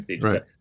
right